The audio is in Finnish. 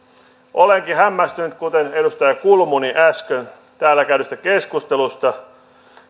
olenkin hämmästynyt kuten edustaja kulmuni äsken täällä käydystä keskustelusta